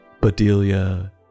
Bedelia